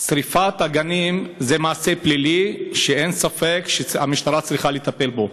שרפת הגנים זה מעשה פלילי שאין ספק שהמשטרה צריכה לטפל בו,